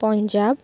Punjab